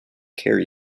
care